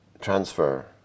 transfer